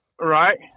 right